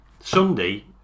Sunday